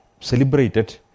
celebrated